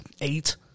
eight